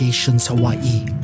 Hawaii